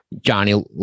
Johnny